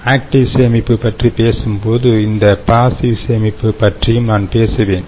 active சேமிப்பு பற்றி பேசும் போது இந்த பாசிவ் சேமிப்பு பற்றியும் நான் பேசுவேன்